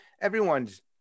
everyone's